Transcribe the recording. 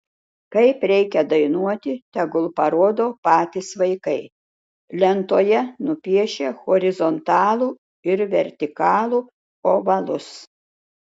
kaip reikia dainuoti tegul parodo patys vaikai lentoje nupiešę horizontalų ir vertikalų ovalus